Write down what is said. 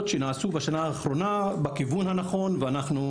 שנעשו בשנה האחרונה בכיוון הנכון ואנחנו